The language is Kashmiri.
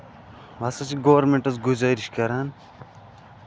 بہٕ ہسا چھِ گورمینٹَس گُزٲرِش کران